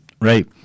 right